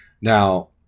Now